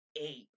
eight